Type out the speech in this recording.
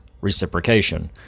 reciprocation